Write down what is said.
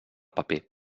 paper